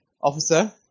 officer